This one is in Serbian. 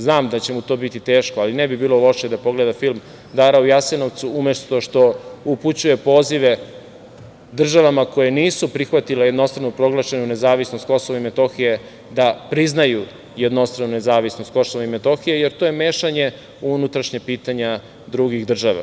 Znam da će mu to biti teško, ali ne bi bilo loše da pogleda film „Dara u Jasenovcu“, umesto što upućuje pozive državama koje nisu prihvatile jednostranu proglašenu nezavisnost Kosova i Metohije da priznaju jednostranu nezavisnost Kosova i Metohije, jer to je mešanje u unutrašnja pitanja drugih država.